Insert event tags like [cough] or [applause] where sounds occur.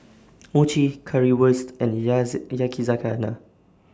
Mochi Currywurst and [unintelligible] Yakizakana